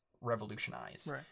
revolutionize